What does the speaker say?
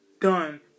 done